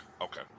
okay